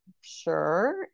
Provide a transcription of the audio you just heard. sure